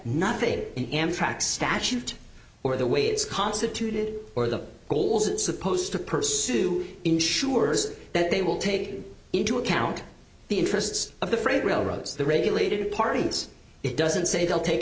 nothing in amtrak statute or the way it's constituted or the goals it's supposed to pursue ensures that they will take into account the interests of the freight railroads the regulated parties it doesn't say they'll take